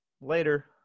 later